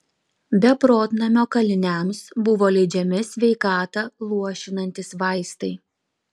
beprotnamio kaliniams buvo leidžiami sveikatą luošinantys vaistai